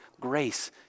grace